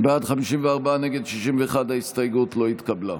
בעד, 54, נגד, 61. ההסתייגות לא התקבלה.